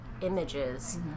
images